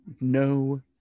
no